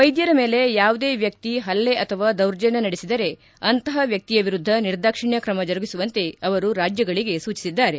ವ್ಲೆದ್ಧರ ಮೇಲೆ ಯಾವುದೇ ವ್ಲಕ್ತಿ ಹಲ್ಲೆ ಅಥವಾ ದೌರ್ಜನ್ನ ನಡೆಸಿದರೆ ಅಂತಹ ವ್ಲಕ್ತಿಯ ವಿರುದ್ದ ನಿರ್ದಾಕ್ಷಿಣ್ಣ ಕ್ರಮ ಜರುಗಿಸುವಂತೆ ಅವರು ರಾಜ್ಲಗಳಿಗೆ ಸೂಚಿಸಿದ್ದಾರೆ